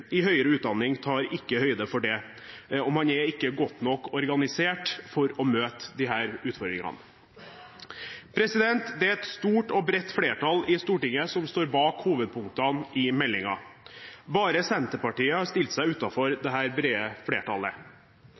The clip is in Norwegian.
i høyere utdanning tar ikke høyde for dette, og man er ikke godt nok organisert for å møte disse utfordringene. Det er et stort og bredt flertall i Stortinget som står bak hovedpunktene i meldingen. Bare Senterpartiet har stilt seg utenfor dette brede flertallet.